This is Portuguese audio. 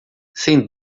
sem